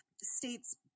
states